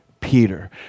Peter